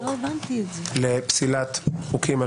וגם